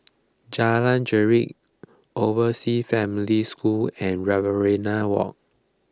Jalan Grisek Overseas Family School and Riverina Walk